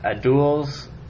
Duels